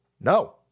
No